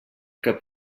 cap